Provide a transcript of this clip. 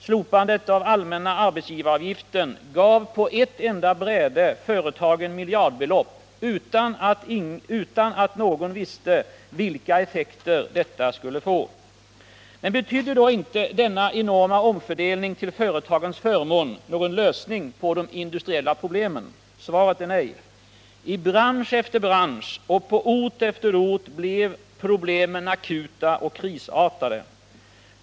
Slopandet av den allmänna arbetsgivaravgiften gav på ett enda bräde företagen miljardbelopp utan att någon visste vilka effekter detta skulle få. Men betydde då inte denna enorma omfördelning till företagens förmån någon lösning på de industriella problemen? Svaret är nej. I bransch efter bransch och på ort efter ort blev problemen akuta och krisartade.